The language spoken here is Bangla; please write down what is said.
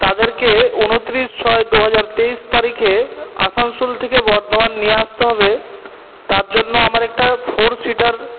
তাদেরকে ঊনত্রিশ ছয় দুহাজার তেইশ তারিখে আসানসোল থেকে বর্ধমান নিয়ে আসতে হবে তার জন্য আমার একটা ফোর সিটার